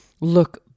look